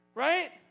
right